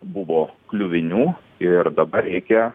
buvo kliuvinių ir dabar reikia